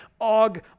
Og